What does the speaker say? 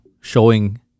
showing